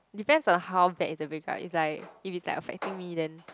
depends on how bad is the break up it's like if it's like affecting me then